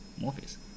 Morpheus